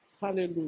Hallelujah